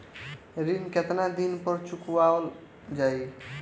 ऋण केतना दिन पर चुकवाल जाइ?